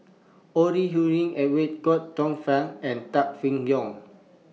Ore Huiying Edwin Tong Fai and Tan Seng Yong